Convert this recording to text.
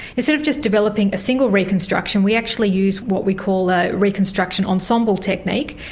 instead of just developing a single reconstruction, we actually used what we call a reconstruction ensemble technique.